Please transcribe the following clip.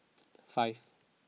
five